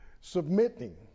submitting